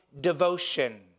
devotion